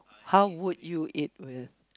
how would you eat with